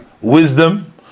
wisdom